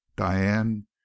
diane